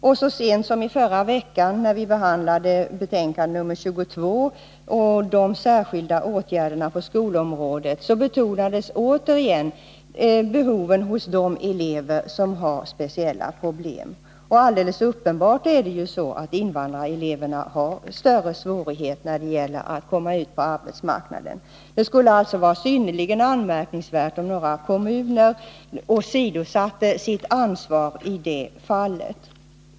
Och så sent som i förra veckan, när vi behandlade utbildningsutskottets betänkande 22 om särskilda åtgärder på skolområdet, framhölls återigen behoven hos de elever som har speciella problem. Och alldeles uppenbart har invandrareleverna större svårigheter när det gäller att komma ut på arbetsmarknaden. Det skulle därför vara synnerligen anmärkningsvärt, om några kommuner åsidosätter sitt ansvar i detta fall.